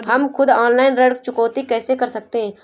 हम खुद ऑनलाइन ऋण चुकौती कैसे कर सकते हैं?